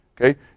Okay